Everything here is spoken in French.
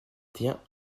tiens